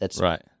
Right